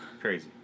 Crazy